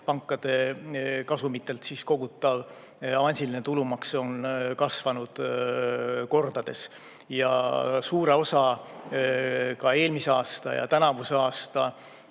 pankade kasumitelt kogutav avansiline tulumaks on kasvanud kordades. Ja suure osa ka eelmise aasta ja tänavuse aasta